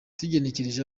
tugenekereje